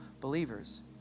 believers